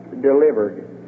delivered